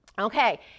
Okay